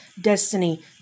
Destiny